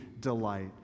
delight